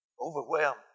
Overwhelmed